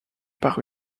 par